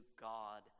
God